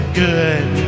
good